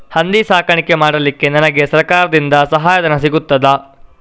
ಹಂದಿ ಸಾಕಾಣಿಕೆ ಮಾಡಲಿಕ್ಕೆ ನನಗೆ ಸರಕಾರದಿಂದ ಸಹಾಯಧನ ಸಿಗುತ್ತದಾ?